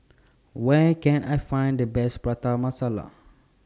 Where Can I Find The Best Prata Masala